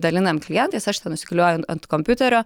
dalinam klientais aš ten užsiklijuoju ant kompiuterio